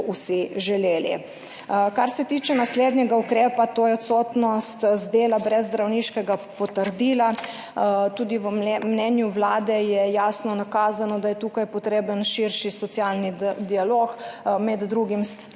vsi želeli. Kar se tiče naslednjega ukrepa, to je odsotnost z dela brez zdravniškega potrdila, tudi v mnenju Vlade je jasno nakazano, da je tukaj potreben širši socialni dialog, med drugim tudi